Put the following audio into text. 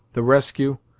the rescue,